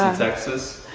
texas.